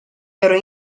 ero